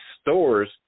stores